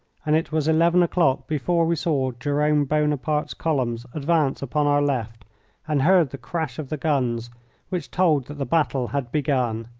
and it was eleven o'clock before we saw jerome buonaparte's columns advance upon our left and heard the crash of the guns which told that the battle had begun.